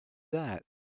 that